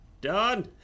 Done